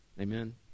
Amen